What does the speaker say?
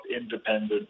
independent